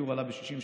דיור עלה ב-67%